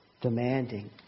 demanding